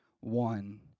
one